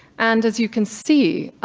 and as you can see,